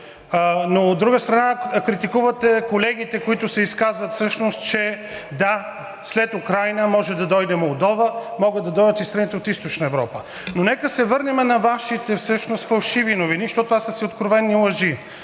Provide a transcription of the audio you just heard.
Но от друга страна, критикувате колегите, които се изказват всъщност, че, да, след Украйна може да дойде Молдова, могат да дойдат и страните от Източна Европа. Но нека се върнем на Вашите всъщност фалшиви новини, защото това са си откровени лъжи.